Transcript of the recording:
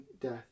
death